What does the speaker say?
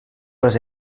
les